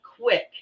quick